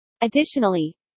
Additionally